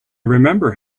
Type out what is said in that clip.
remember